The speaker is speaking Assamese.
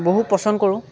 বহু পচন্দ কৰোঁ